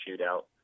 shootout